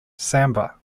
samba